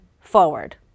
forward